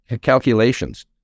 calculations